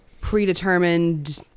predetermined